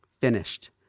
finished